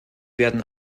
werden